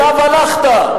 אליו הלכת,